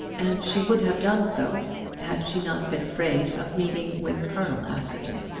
and she would have done so had she not been afraid of meeting with colonel askerton.